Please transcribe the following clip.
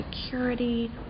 security